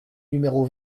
numéro